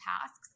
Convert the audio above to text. tasks